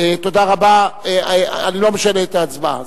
להצביע פעמיים,